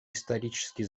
исторически